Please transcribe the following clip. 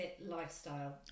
Lifestyle